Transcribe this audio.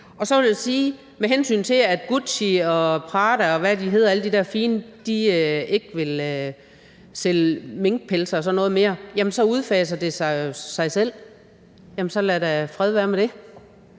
Så vil jeg sige, med hensyn til at Gucci og Prada, og hvad de hedder alle de der fine mærker, ikke vil sælge minkpelse og sådan noget mere, at så udfaser det jo sig selv. Så fred være med det.